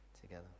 together